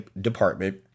department